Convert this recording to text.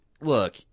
Look